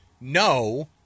no